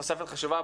תוספת חשובה.